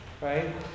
right